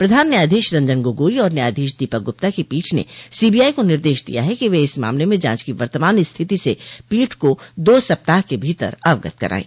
प्रधान न्यायाधीश रंजन गोगोई और न्यायाधीश दीपक गुप्ता की पीठ ने सीबीआई को निर्देश दिया है कि वे इस मामले में जांच की वतमान स्थिति से पीठ को दो सप्ताह के भीतर अवगत कराएं